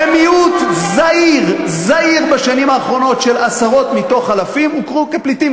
זה מיעוט זעיר בשנים האחרונות של עשרות מתוך אלפים שהוכרו כפליטים.